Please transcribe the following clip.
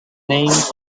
names